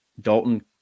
Dalton